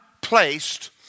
placed